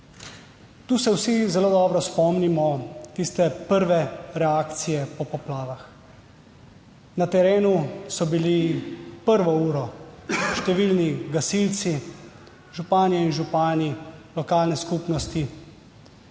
Tu se vsi zelo dobro spomnimo tiste prve reakcije po poplavah. Na terenu so bili prvo uro številni gasilci županje in župani, lokalne skupnosti,